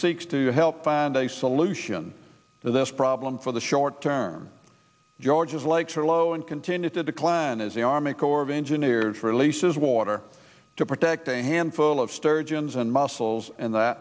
seeks to help find a solution to this problem for the short term george's lecture low and continue to decline as the army corps of engineers releases water to protect a handful of sturgeons and mussels and the